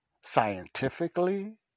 scientifically